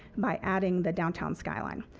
by adding the downtown skyline.